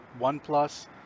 OnePlus